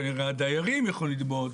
כנראה הדיירים יוכלו לתבוע אותו.